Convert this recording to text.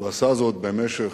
הוא עשה זאת במשך,